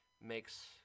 makes